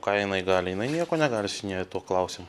ką jinai gali jinai nieko negali seniūnija tuo klausimu